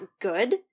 good